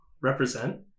represent